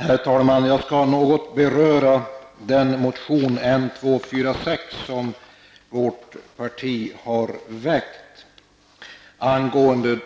Herr talman! Jag skall något beröra den motion, N246, som vårt parti har väckt angående